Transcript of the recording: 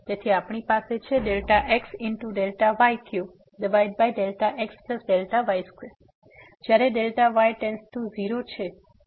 તેથી અમારી પાસે છે ΔxΔy3ΔxΔy2 તેથી જ્યારે Δy → 0